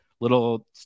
little